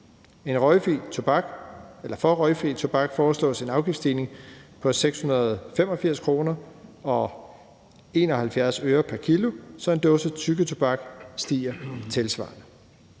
For røgfri tobak foreslås en afgiftsstigning på 685,71 kr. pr. kg, så en dåse tyggetobak stiger tilsvarende.